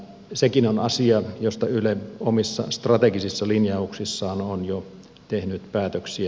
sekin on asia josta yle omissa strategisissa linjauksissaan on jo tehnyt päätöksiä